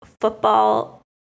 football